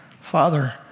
father